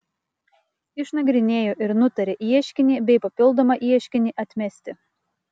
išnagrinėjo ir nutarė ieškinį bei papildomą ieškinį atmesti